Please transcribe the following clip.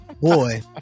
Boy